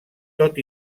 tot